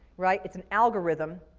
right? it's an algorithm.